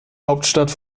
hauptstadt